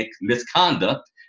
misconduct